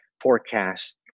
forecast